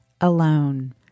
alone